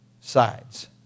sides